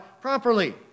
properly